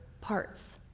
parts